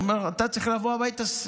הוא אומר: אתה צריך לבוא הביתה,